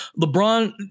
LeBron –